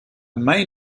main